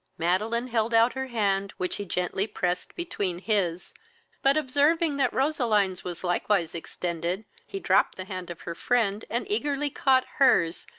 madeline held out her hand, which he gently pressed between his but, observing that roseline's was likewise extended, he dropped the hand of her friend, and eagerly caught her's,